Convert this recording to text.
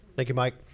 thank you, mike.